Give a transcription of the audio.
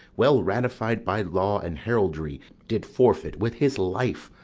well ratified by law and heraldry, did forfeit, with his life,